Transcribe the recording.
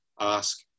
ask